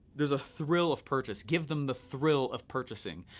there's a thrill of purchase. give them the thrill of purchasing.